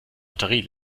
batterie